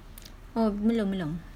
oh belum belum